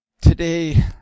Today